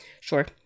sure